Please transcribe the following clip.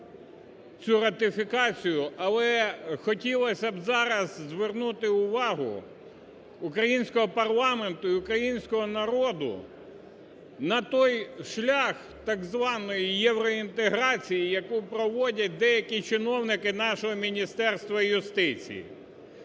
Але хотілось б зараз звернути увагу українського парламенту і українського народу на той шлях так званої євроінтеграції, яку проводять деякі чиновники нашого Міністерства юстиції.